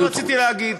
הוא שרציתי להגיד.